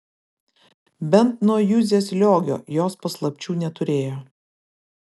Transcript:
bent nuo juzės liogio jos paslapčių neturėjo